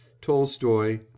Tolstoy